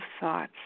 thoughts